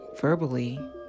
verbally